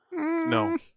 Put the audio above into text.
No